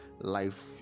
life